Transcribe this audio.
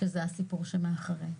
שזה הסיפור שמאחוריה.